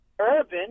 urban